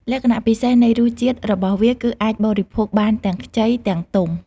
លក្ខណៈពិសេសនៃរសជាតិ របស់វា គឺអាចបរិភោគបានទាំងខ្ចី ទាំងទុំ។